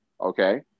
Okay